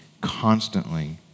constantly